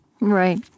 Right